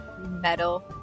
metal